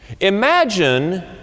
Imagine